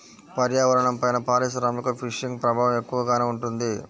పర్యావరణంపైన పారిశ్రామిక ఫిషింగ్ ప్రభావం ఎక్కువగానే ఉంటుంది